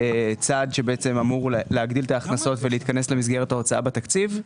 כצעד שאמור להגדיל את ההכנסות ולהתכנס למסגרת ההוצאה בתקציב.